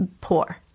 poor